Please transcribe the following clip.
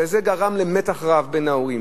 וזה גרם למתח רב בקרב ההורים.